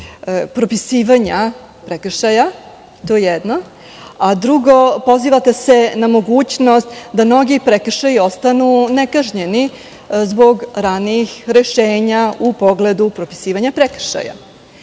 propisivanja prekršaja. To je jedno, a drugo, pozivate se na mogućnost da mnogi prekršaji ostanu nekažnjeni, zbog ranijih rešenja u pogledu propisivanja prekršaja. Stvarno